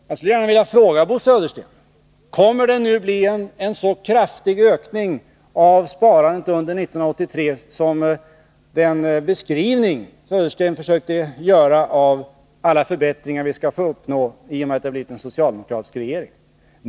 Jag skulle gärna vilja fråga: Kommer det nu under 1983 att ske en så kraftig ökning av sparandet som Bo Södersten talade om när han försökte göra en beskrivning av alla de förbättringar som vi skall få uppleva i och med att det har blivit en socialdemokratisk regering?